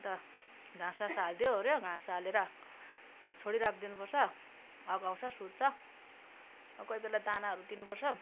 अन्त घाँस सास हालिदियो ओर्यो घाँस हालेर छोडी राखिदिनु पर्छ अघाउँछ सुत्छ कोही बेला दानाहरू दिनुपर्छ